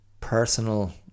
personal